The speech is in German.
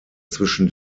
zwischen